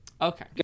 Okay